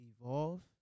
evolve